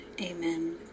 Amen